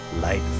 Light